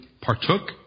partook